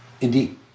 Indeed